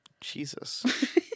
Jesus